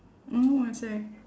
oh I see